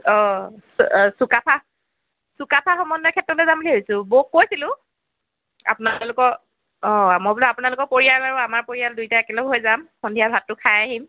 অ' চুকাফা চুকাফা সমন্বয় ক্ষেত্ৰলৈ যাম বুলি ভাবিছোঁ বৌক কৈছিলোঁ আপোনালোকৰ অ' মই বোলো আপোনালোকৰ পৰিয়াল আৰু আমাৰ পৰিয়াল দুইটা একেলগে হৈ যাম সন্ধিয়া ভাতটো খাই আহিম